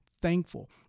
thankful